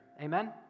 Amen